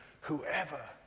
whoever